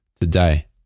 today